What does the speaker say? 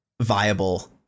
viable